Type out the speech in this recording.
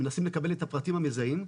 הם מנסים לקבל את הפרטים המזהים,